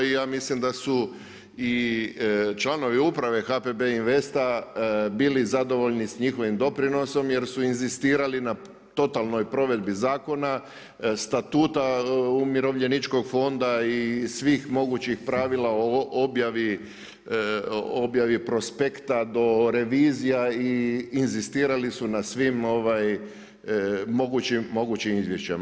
I ja mislim da su i članovi uprave HPB investa bili zadovoljni s njihovim doprinosom, jer su inzistirali na totalnoj provedbi zakona, statuta umirovljeničkih fonda i svih mogućih pravila o objavi prospekta, do revizija i inzistirali su na svim mogućim izvještajima.